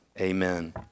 Amen